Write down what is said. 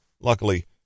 Luckily